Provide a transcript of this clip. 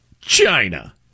China